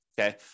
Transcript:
okay